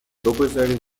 بگذارید